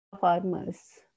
farmers